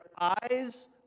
eyes